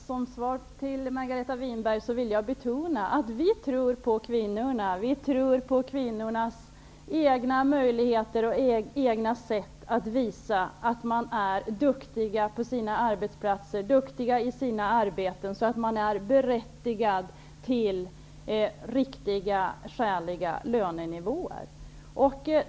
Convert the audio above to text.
Herr talman! Som svar till till Margareta Winberg vill jag betona att vi tror på kvinnorna. Vi tror på deras egna möjligheter och egna sätt att visa att man är duktig i sitt arbete, så att man är berättigad till en riktig, skälig lönenivå.